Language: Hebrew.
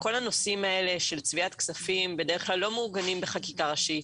כל הנושאים האלה של צביעת כספים בדרך כלל לא מעוגנים בחקיקה ראשית,